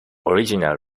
original